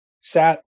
sat